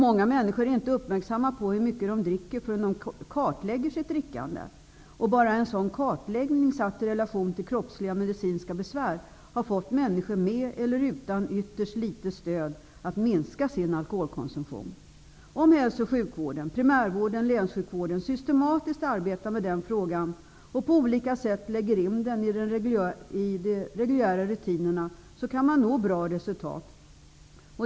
Många människor är inte uppmärksamma på hur mycket de dricker förrän de kartlägger sitt drickande. Bara en sådan kartläggning satt i relation till kroppsliga och medicinska besvär har fått människor att, med ytterst litet stöd eller utan, minska sin alkoholkonsumtion. Om hälso och sjukvården, primärvården och länssjukvården systematiskt arbetar med den frågan och på olika sätt lägger in den i de reguljära rutinerna kan man nå bra resultat.